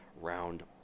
round